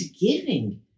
giving